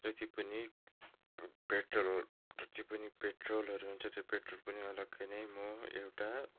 जति पनि पेट्रोल जति पनि पेट्रोलहरू हुन्छ त्यो पेट्रोल पनि अलग्गै नै म एउटा